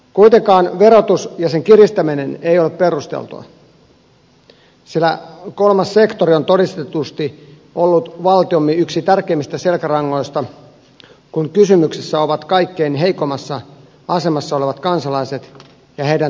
kuitenkaan verotus ja sen kiristäminen ei ole perusteltua sillä kolmas sektori on todistetusti ollut valtiomme yksi tärkeimmistä selkärangoista kun kysymyksessä ovat kaikkein heikoimmassa asemassa olevat kansalaiset ja heidän tukemisensa